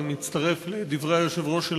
אני מצטרף לדברי היושב-ראש,